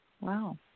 Wow